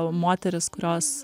moteris kurios